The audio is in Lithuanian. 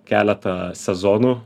keletą sezonų